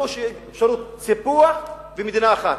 זו אפשרות סיפוח ומדינה אחת,